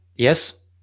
Yes